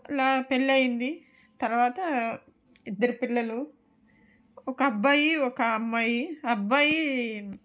అలా పెళ్లయింది తరువాత ఇద్దరు పిల్లలు ఒక అబ్బాయి ఒక అమ్మాయి అబ్బాయి